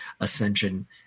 Ascension